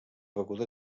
beguda